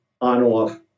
on-off